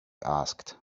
asked